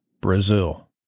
Brazil